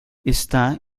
está